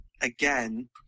again